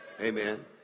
Amen